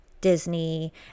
Disney